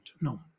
no